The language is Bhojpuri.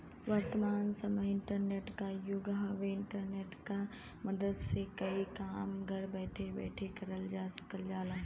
वर्तमान समय इंटरनेट क युग हउवे इंटरनेट क मदद से कई काम घर बैठे बैठे करल जा सकल जाला